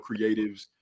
creatives